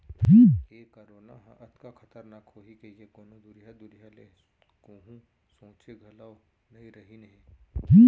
ए corona ह अतका खतरनाक होही कइको कोनों दुरिहा दुरिहा ले कोहूँ सोंचे घलौ नइ रहिन हें